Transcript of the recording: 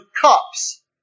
cups